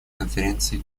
конференции